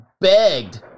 begged